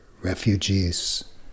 refugees